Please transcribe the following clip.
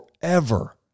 forever